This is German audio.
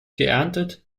geerntet